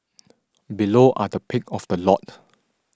below are the pick of the lot